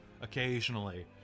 Occasionally